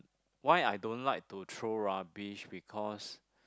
why I don't like to throw rubbish because